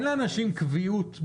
לאנשים אין קביעות.